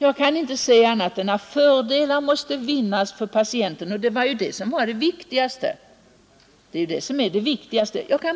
Jag kan inte se annat än att fördelar måste vinnas för patienten, och det är ju det viktigaste.